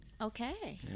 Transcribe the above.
Okay